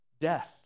death